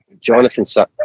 Jonathan